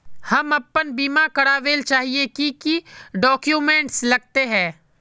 हम अपन बीमा करावेल चाहिए की की डक्यूमेंट्स लगते है?